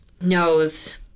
knows